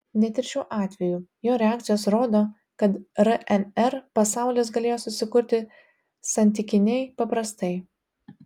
net ir šiuo atveju jo reakcijos rodo kad rnr pasaulis galėjo susikurti santykiniai paprastai